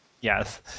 Yes